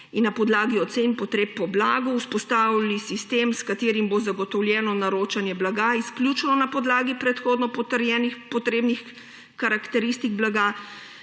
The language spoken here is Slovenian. in na podlagi ocen potreb po blagu vzpostaviti sistem, s katerim bo zagotovljeno naročanje blaga izključno na podlagi predhodno potrjenih potrebnih karakteristik blaga,